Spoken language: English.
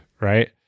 right